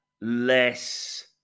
less